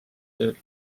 tööl